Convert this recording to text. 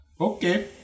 Okay